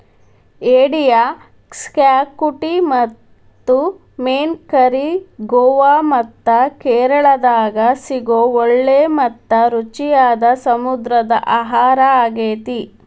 ಏಡಿಯ ಕ್ಸಾಕುಟಿ ಮತ್ತು main curry Goa ಮತ್ತ ಕೇರಳಾದಾಗ ಸಿಗೋ ಒಳ್ಳೆ ಮತ್ತ ರುಚಿಯಾದ ಸಮುದ್ರ ಆಹಾರಾಗೇತಿ